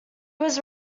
was